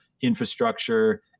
infrastructure